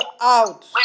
out